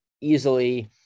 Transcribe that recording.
easily